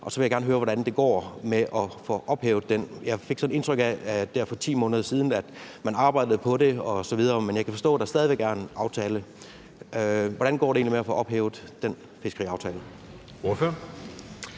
og så vil jeg gerne høre, hvordan det går med at få den ophævet. Jeg fik indtryk af for 10 måneder siden, at man arbejdede på det osv., men jeg kan forstå, at der stadig væk er en aftale. Hvordan går det med at få ophævet den fiskeriaftale? Kl.